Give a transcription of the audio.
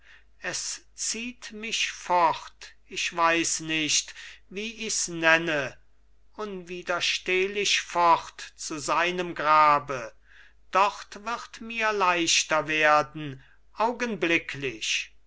es zieht mich fort ich weiß nicht wie ichs nenne unwiderstehlich fort zu seinem grabe dort wird mir leichter werden augenblicklich